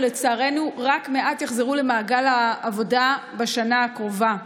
ולצערנו רק מעט יחזרו למעגל העבודה בשנה הקרובה.